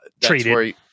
treated